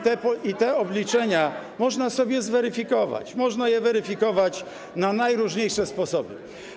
Te obliczenia można sobie zweryfikować, można je weryfikować na najróżniejsze sposoby.